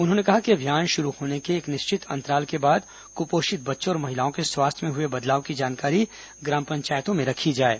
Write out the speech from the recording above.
उन्होंने कहा कि अभियान शुरू होने के एक निश्चित अंतराल के बाद कुपोषित बच्चों और महिलाओं के स्वास्थ्य में हुए बदलाव की जानकारी ग्राम पंचायतों में रखी जाएं